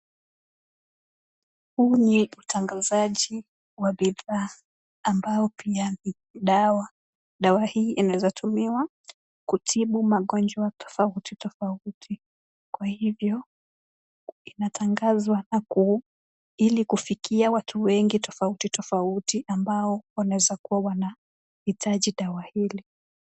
Huu ni utangazaji wa bidhaa, ambao pia ni dawa. Dawa hii inaeza tumiwa kutibu magonjwa tofauti tofauti. Kwa hivyo inatangazwa naku , ili kufikia watu wengi tofauti tofauti, ambao wanaeza kuwa wanahitaji dawa hili.